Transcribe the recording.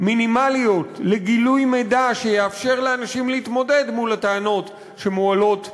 מינימליות לגילוי מידע שיאפשר לאנשים להתמודד מול הטענות שמועלות נגדם.